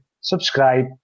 subscribe